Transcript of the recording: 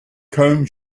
comb